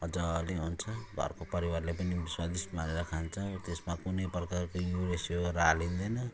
मजाले हुन्छ घरको परिवारले पनि स्वादिष्ट मानेर खान्छ त्यसमा कुनै प्रकारको युरिया स्युरिया हालिँदैन